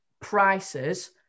prices